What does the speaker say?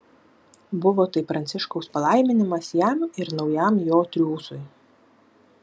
buvo tai pranciškaus palaiminimas jam ir naujam jo triūsui